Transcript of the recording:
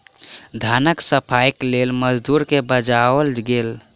धानक सफाईक लेल मजदूर के बजाओल गेल